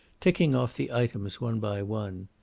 ticking off the items one by one.